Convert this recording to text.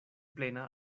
plena